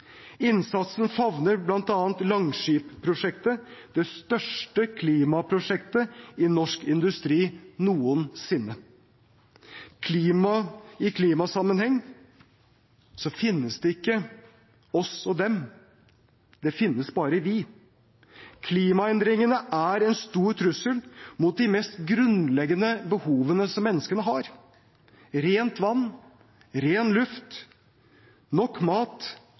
Innsatsen favner bl.a. Langskip-prosjektet – det største klimaprosjektet i norsk industri noensinne. I klimasammenheng finnes det ikke «oss» og «dem». Det finnes bare «vi». Klimaendringene er en stor trussel mot de mest grunnleggende behovene som menneskene har: rent vann, ren luft, nok mat